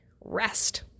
rest